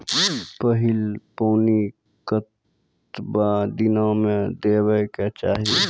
पहिल पानि कतबा दिनो म देबाक चाही?